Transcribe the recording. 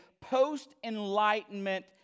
post-Enlightenment